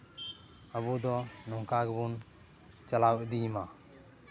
ᱟᱵᱚ ᱫᱚ ᱱᱚᱝᱠᱟ ᱜᱮᱵᱚᱱ ᱪᱟᱞᱟᱣ ᱤᱫᱤᱭ ᱢᱟ